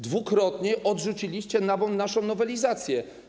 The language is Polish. Dwukrotnie odrzuciliście naszą nowelizację.